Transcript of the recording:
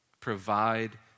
provide